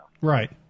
Right